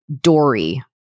Dory